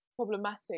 problematic